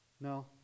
no